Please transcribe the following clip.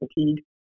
fatigue